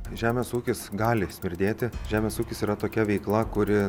žemės ūkis gali smirdėti žemės ūkis yra tokia veikla kuri